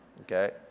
okay